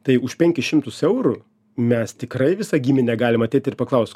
tai už penkis šimtus eurų mes tikrai visą giminę galim ateit ir paklaust